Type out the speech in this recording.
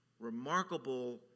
remarkable